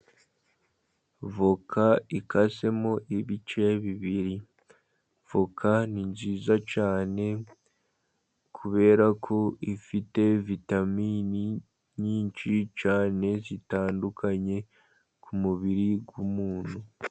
Avoka ikasemo ibice bibiri. Avoka ni nziza cyane kubera ko ifite vitamini nyinshi cyane zitandukanye, ku mubiri w'umuntu.